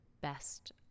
best